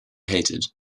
hated